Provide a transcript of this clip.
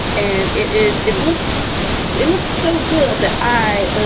and it is it looks it looks so good that i, i,